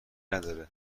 نداره